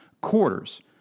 quarters